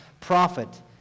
prophet